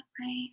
right